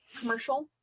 commercial